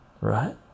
right